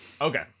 Okay